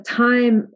time